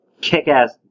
kick-ass